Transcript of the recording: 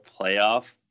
playoff